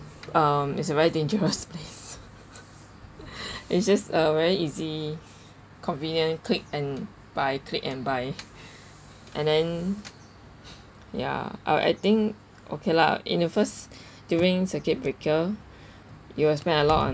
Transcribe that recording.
um it's a very dangerous place it's just uh very easy convenient click and buy click and buy and then ya I I think okay lah in the first during circuit breaker you will spend a lot on